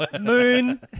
Moon